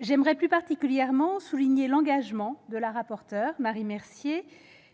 J'aimerais plus particulièrement souligner l'engagement de Mme la rapporteur, Marie Mercier, et